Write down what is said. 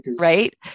Right